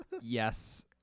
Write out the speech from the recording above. Yes